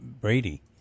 Brady